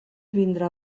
vindrà